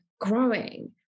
growing